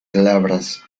glabras